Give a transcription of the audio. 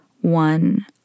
one